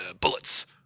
bullets